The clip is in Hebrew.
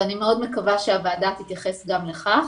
ואני מקווה מאוד שהוועדה תתייחס גם לכך.